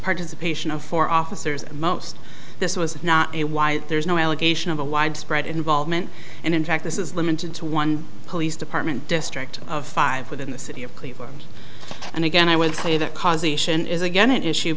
participation of four officers most this was not a why there's no allegation of a widespread involvement and in fact this is limited to one police department district of five within the city of cleveland and again i would say that cause a sion is again an issue